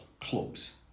clubs